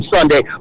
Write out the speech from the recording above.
Sunday